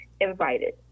invited